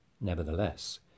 Nevertheless